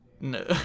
No